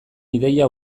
ideia